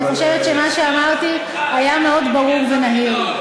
אני חושבת שמה שאמרתי היה מאוד ברור ונהיר.